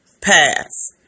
pass